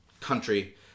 country